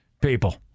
people